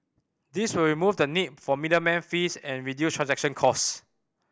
this will remove the need for middleman fees and reduce transaction cost